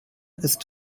ist